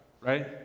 right